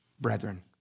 brethren